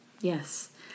Yes